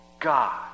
God